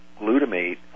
glutamate